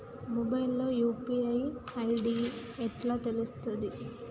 Mobile లో UPI ID ఎట్లా తెలుస్తది?